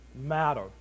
matter